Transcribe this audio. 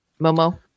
Momo